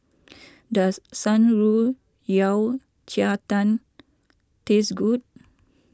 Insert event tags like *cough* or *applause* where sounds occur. *noise* does Shan Rui Yao Cai Tang taste good